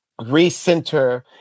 recenter